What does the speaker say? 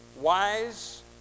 wise